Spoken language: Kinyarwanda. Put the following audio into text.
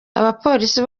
abapolisi